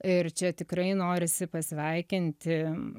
ir čia tikrai norisi pasveikinti